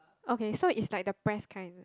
okay so is like the press kind